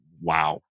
wow